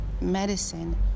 medicine